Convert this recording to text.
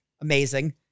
Amazing